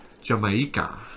jamaica